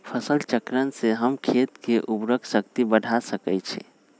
फसल चक्रण से हम खेत के उर्वरक शक्ति बढ़ा सकैछि?